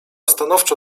stanowczo